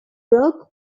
broke